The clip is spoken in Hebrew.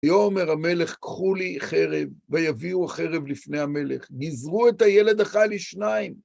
יאמר המלך, קחו לי חרב, ויביאו חרב לפני המלך, גזרו את הילד החי לשניים.